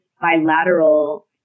bilateral